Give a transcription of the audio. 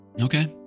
Okay